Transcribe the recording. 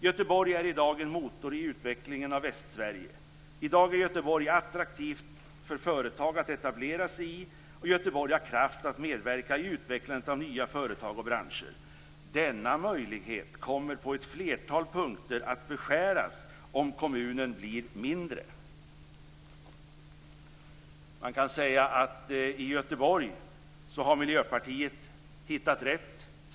Göteborg är i dag en motor i utvecklingen av Västsverige. I dag är Göteborg attraktivt för företag att etablera sig i, och Göteborg har kraft att medverka i utvecklandet av nya företag och branscher. Denna möjlighet kommer på ett flertal punkter att beskäras om kommunen blir mindre. Man kan säga att i Göteborg har Miljöpartiet hittat rätt.